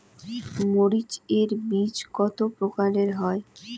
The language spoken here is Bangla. মরিচ এর বীজ কতো প্রকারের হয়?